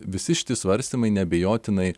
visi šiti svarstymai neabejotinai